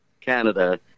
Canada